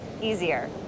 easier